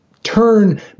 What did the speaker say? turn